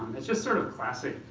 it's just sort of classic,